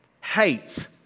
Hate